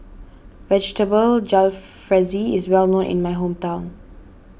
Vegetable Jalfrezi is well known in my hometown